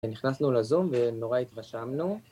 נכנסנו לזום ונורא התרשמנו